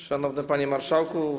Szanowny Panie Marszałku!